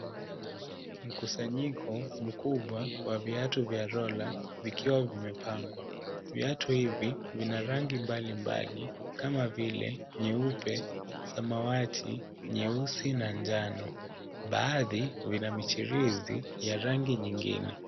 Mkusanyiko mkubwa wa viatu vya roller . Viatu hivi vina rangi mbalimbali kama vile nyeupe, samawati, nyeusi na ya njano. Baadhi vina mchirizi ya rangi nyingine.